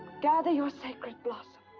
gather your sacred blossom.